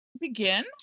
begin